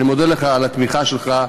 אני מודה לך על התמיכה שלך,